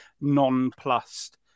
nonplussed